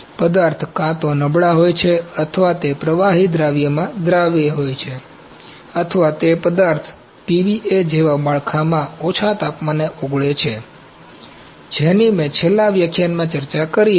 આ પદાર્થો કાં તો નબળા હોય છે અથવા તે પ્રવાહી દ્રાવણમાં દ્રાવ્ય હોય છે અથવા તે પદાર્થ PVA જેવા માળખામાં ઓછા તાપમાને ઓગળે છે જેની મેં છેલ્લા વ્યાખ્યાનમાં ચર્ચા કરી હતી